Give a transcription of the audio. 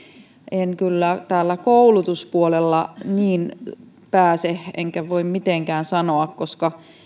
en kyllä täällä koulutuspuolella niin voi mitenkään sanoa koska